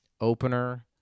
opener